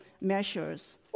measures